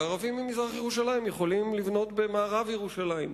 והערבים במזרח-ירושלים יכולים לבנות במערב ירושלים.